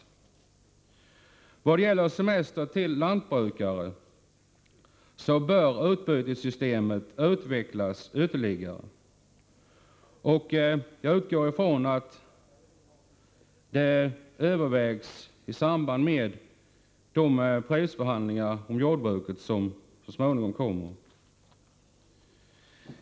När det gäller semester till lantbrukare, bör systemet utvecklas ytterligare, och jag utgår från att detta övervägs i samband med de prisförhandlingar avseende jordbruksprodukter som så småningom kommer att äga rum.